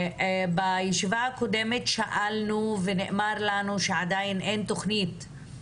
בישיבה הקודמת שאלנו ונאמר לנו שעדיין אין תוכנית,